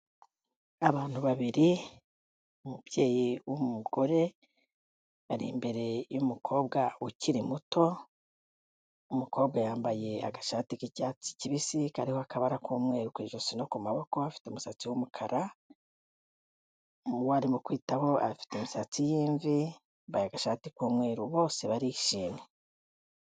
Abantu babiri umubyeyi w'umugore ari imbere y'umukobwa ukiri muto, umukobwa yambaye agashati k'icyatsi kibisi kariho akabara k'umweru ku ijosi no ku maboko, afite umusatsi w'umukara. Uwo arimo kwitaho afite imisatsi y'imvi yambaye agashati k'umweru bose barishimye.